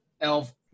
elf